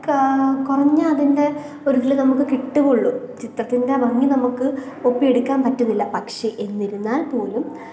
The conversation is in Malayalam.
കുറഞ്ഞ അതിന്റെ ഒരു ഇതിൽ നമുക്ക് കിട്ടുകയുള്ളൂ ചിത്രത്തിന്റെ ആ ഭംഗി നമ്മൾക്ക് ഒപ്പിയെടുക്കാന് പറ്റുന്നില്ല പക്ഷെ എന്നിരുന്നാല് പോലും